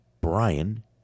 Brian